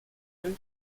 and